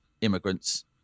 immigrants